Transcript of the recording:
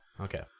Okay